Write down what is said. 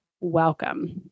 welcome